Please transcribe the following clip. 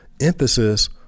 emphasis